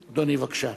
אדוני, בבקשה.